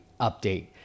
update